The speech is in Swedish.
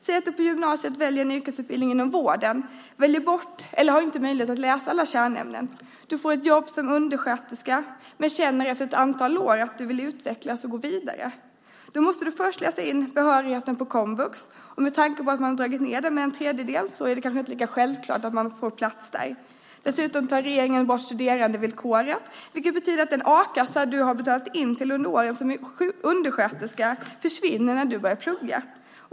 Säg att du på gymnasiet väljer en yrkesutbildning inom vården, väljer bort eller inte har möjlighet att läsa alla kärnämnen, får ett jobb som undersköterska men känner efter ett antal år att du vill utvecklas och gå vidare måste du först läsa in behörigheten på komvux. Med tanke på att man dragit ned där med en tredjedel är det kanske inte lika självklart att man får plats där. Dessutom tar regeringen bort studerandevillkoret, vilket betyder att den a-kassa du har betalat in till under åren som undersköterska försvinner när du börjar plugga.